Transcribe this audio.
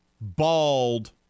bald